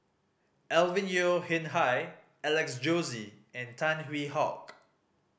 Alvin Yeo Khirn Hai Alex Josey and Tan Hwee Hock